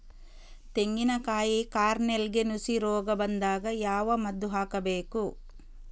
ತೆಂಗಿನ ಕಾಯಿ ಕಾರ್ನೆಲ್ಗೆ ನುಸಿ ರೋಗ ಬಂದಾಗ ಯಾವ ಮದ್ದು ಹಾಕಬೇಕು?